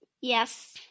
Yes